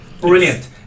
Brilliant